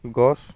গছ